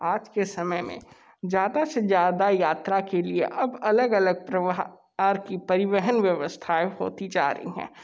आज के समय में ज़्यादा से ज़्यादा यात्रा के लिए अब अलग अलग प्रवाह आर की परिवहन व्यवस्थाए होती जा रही हैं